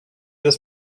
this